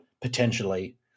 potentially